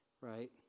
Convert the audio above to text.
Right